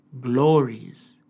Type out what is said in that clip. glories